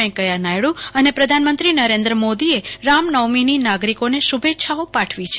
વૈંકૈયા નાયડુ અને પ્રધાનમંત્રી નરેન્દ્ર મોદીએ રામનવમીની નાગરિકોને શુભેચ્છાઓ પાઠવી છે